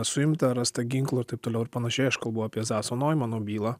suimta rasta ginklų ir taip toliau ir panašiai aš kalbu apie zaso noimano bylą